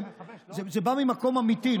זה בא ממקום אמיתי,